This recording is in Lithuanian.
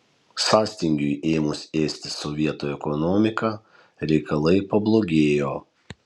sąstingiui ėmus ėsti sovietų ekonomiką reikalai pablogėjo